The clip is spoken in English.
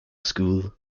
school